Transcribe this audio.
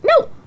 No